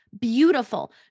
beautiful